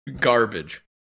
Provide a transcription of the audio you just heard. garbage